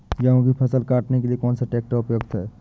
गेहूँ की फसल काटने के लिए कौन सा ट्रैक्टर उपयुक्त है?